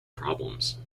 problems